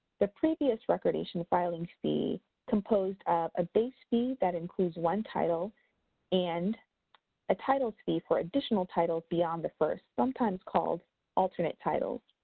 the previous recordation filing fee composed of a base fee that includes one title and a title's fee for additional titles beyond the first, sometimes called alternate title.